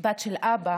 בת של אבא